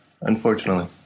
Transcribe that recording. unfortunately